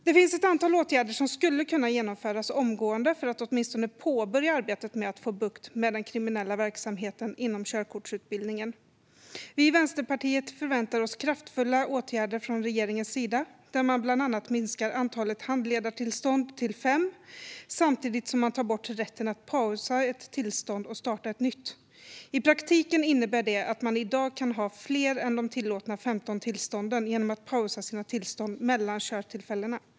Det finns ett antal åtgärder som omgående skulle kunna vidtas för att åtminstone påbörja arbetet med att få bukt med den kriminella verksamheten inom körkortsutbildningen. Vi i Vänsterpartiet förväntar oss kraftfulla åtgärder från regeringens sida. Bland annat bör man minska antalet handledartillstånd till fem samtidigt som man tar bort rätten att pausa ett tillstånd och starta ett nytt. I praktiken innebär det att man i dag kan ha fler än de tillåtna 15 tillstånden genom att pausa sina tillstånd mellan körtillfällena.